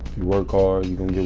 you work hard you're gonna get